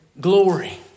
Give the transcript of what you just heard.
glory